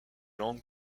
lande